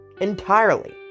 entirely